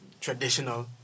traditional